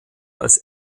als